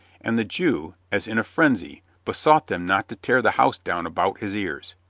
and the jew, as in a frenzy, besought them not to tear the house down about his ears.